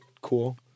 cool